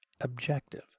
objective